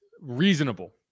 reasonable